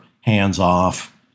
hands-off